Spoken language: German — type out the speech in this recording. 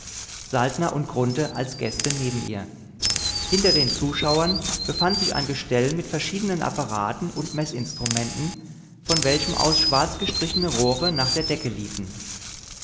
saltner und grunthe als gäste neben ihr hinter den zuschauern befand sich ein gestell mit verschiedenen apparaten und meßinstrumenten von welchem aus schwarz angestrichene rohre nach der decke liefen